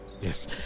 Yes